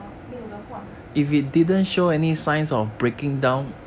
没有得换